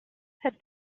had